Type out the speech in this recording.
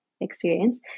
experience